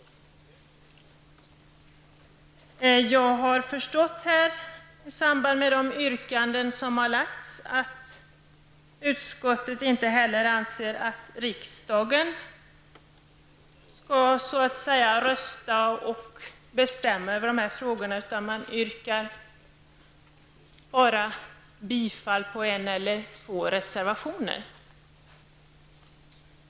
Jag har förstått, i samband med de yrkanden som har lagts fram, att utskottet inte heller anser att riksdagen skall rösta och bestämma i dessa frågor. Bifall har yrkats till endast en eller två reservationer.